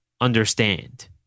understand